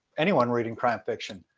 anyone reading crime fiction,